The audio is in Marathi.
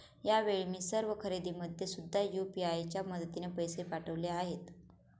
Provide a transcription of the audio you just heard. यावेळी मी सर्व खरेदीमध्ये सुद्धा यू.पी.आय च्या मदतीने पैसे पाठवले आहेत